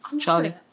Charlie